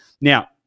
now